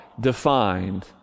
defined